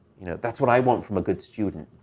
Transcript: you know. that's what i want from a good student.